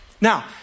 Now